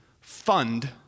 fund